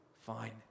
Fine